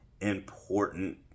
important